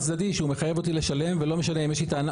צדדי שהוא מחייב אותי לשלם ולא משנה אם יש לי טענה,